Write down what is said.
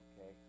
okay